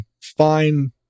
fine